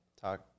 talk